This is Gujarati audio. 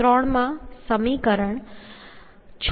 3 માં સમીકરણ સમીકરણ 6